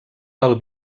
del